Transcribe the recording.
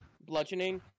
bludgeoning